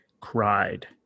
cried